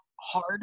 hard